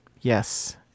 Yes